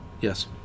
Yes